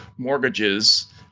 mortgages